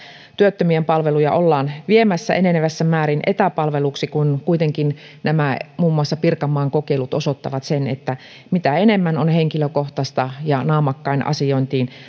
työttömien palveluja ollaan viemässä enenevässä määrin etäpalveluiksi kun kuitenkin nämä muun muassa pirkanmaan kokeilut osoittavat sen että mitä enemmän on henkilökohtaista ja naamakkain asioinnissa